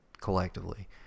collectively